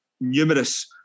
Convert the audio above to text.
numerous